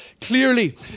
clearly